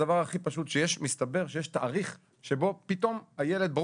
הדבר הכי פשוט שיש: מסתבר שיש תאריך שבו הילד פתאום מחלים,